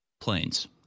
planes